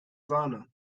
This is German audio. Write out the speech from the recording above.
sahne